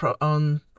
on